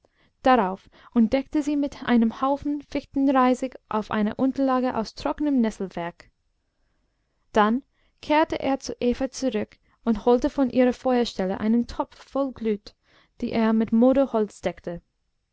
darauf und deckte sie mit einem haufen fichtenreisig auf einer unterlage aus trockenem nesselwerg dann kehrte er zu eva zurück und holte von ihrer feuerstelle einen topf voll glut die er mit moderholz deckte